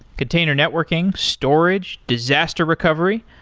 container networking, storage, disaster recovery,